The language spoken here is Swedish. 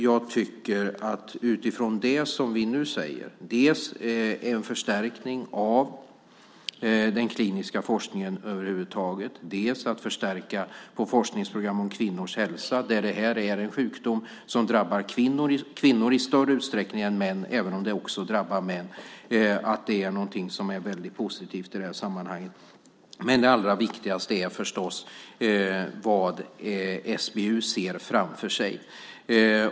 Det som vi nu säger om en förstärkning av den kliniska forskningen över huvud taget och att förstärka forskningsprogram om kvinnors hälsa är något positivt. Det här är en sjukdom som drabbar kvinnor i större utsträckning än män, även om det också drabbar män. Det allra viktigaste är förstås vad SBU ser framför sig.